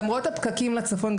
למרות הפקקים לצפון,